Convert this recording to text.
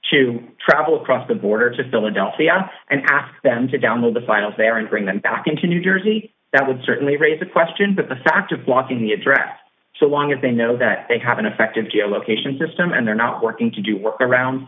to travel across the border to philadelphia and ask them to download the files there and bring them back into new jersey that would certainly raise the question but the fact of blocking the a draft so long as they know that they have an effective geolocation system and they're not working to do work around